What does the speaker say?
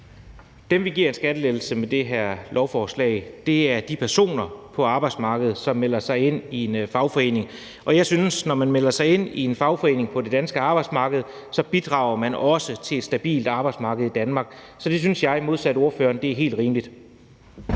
Dem, vi giver en skattelettelse med det her lovforslag, er de personer på arbejdsmarkedet, som melder sig ind i en fagforening, og når man melder sig ind i en fagforening på det danske arbejdsmarked, synes jeg også, man bidrager til et stabilt arbejdsmarked i Danmark. Så det synes jeg, modsat ordføreren, er helt rimeligt.